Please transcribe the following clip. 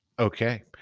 Okay